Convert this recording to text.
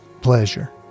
pleasure